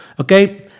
okay